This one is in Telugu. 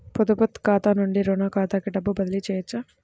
పొదుపు ఖాతా నుండీ, రుణ ఖాతాకి డబ్బు బదిలీ చేయవచ్చా?